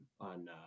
on